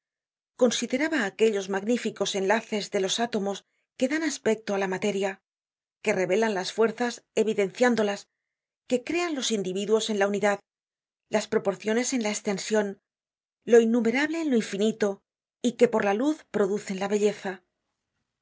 consideraba aquellos magníficos enlaces de los átomos que dan aspecto á la materia que revelan las fuerzas evidenciándolas que crean los individuos en la unidad las proporciones en la estension lo innumerable en lo infinito y que por la luz producen la belleza